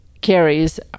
carries